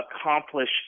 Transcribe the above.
accomplish